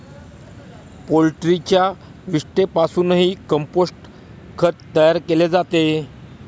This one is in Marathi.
पोल्ट्रीच्या विष्ठेपासूनही कंपोस्ट खत तयार केले जाते